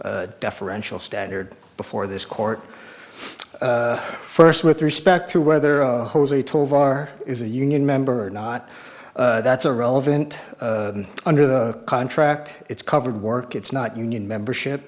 deferential standard before this court first with respect to whether jose tovar is a union member or not that's a relevant under the contract it's covered work it's not union membership